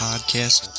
Podcast